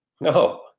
no